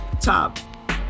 top